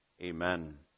Amen